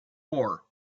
four